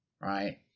right